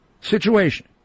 situation